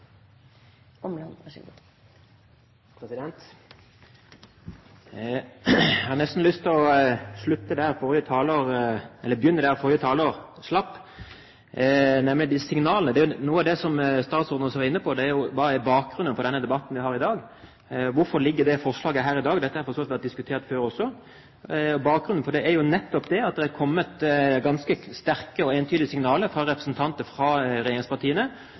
slapp, nemlig med signalene. Noe av det statsråden også var inne på, er hva som er bakgrunnen for den debatten vi har i dag. Hvorfor ligger dette forslaget her i dag? Dette har for så vidt vært diskutert før også. Bakgrunnen for det er nettopp det at det har kommet ganske sterke og entydige signaler fra representanter fra regjeringspartiene